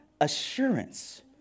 assurance